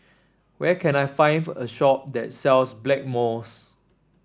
where can I find a shop that sells Blackmores